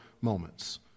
moments